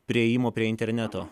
priėjimo prie interneto